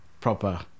proper